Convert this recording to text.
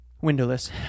windowless